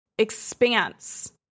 Expanse